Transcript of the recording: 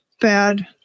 bad